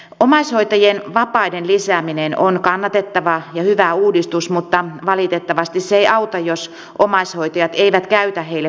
omaishoitajien vapaiden lisääminen on kannatettava ja hyvä uudistus mutta valitettavasti se ei auta jos omaishoitajat eivät käytä heille kuuluvia vapaita